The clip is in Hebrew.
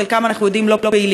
חלקם אנחנו יודעים שלא פעילים,